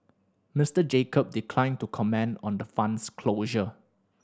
Mister Jacob declined to comment on the fund's closure